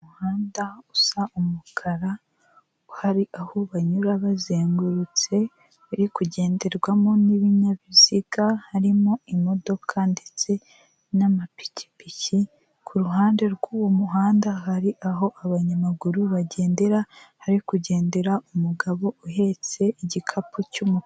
Umuhanda usa umukara, hari aho banyura bazengurutse, uri kugenderwamo n'ibinyabiziga harimo imodoka ndetse n'amapikipiki, ku ruhande rw'uwo muhanda hari aho abanyamaguru bagendera hari kugendera umugabo uhetse igikapu cy'umu.